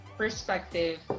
perspective